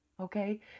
okay